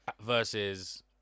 Versus